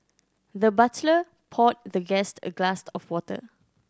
the butler poured the guest a glass of water